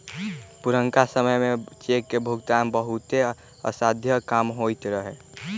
पुरनका समय में चेक के भुगतान बहुते असाध्य काम होइत रहै